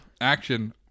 action